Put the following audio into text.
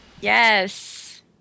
Yes